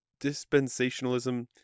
dispensationalism